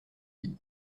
dirent